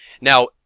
Now